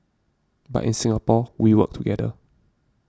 but in Singapore we work together